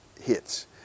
hits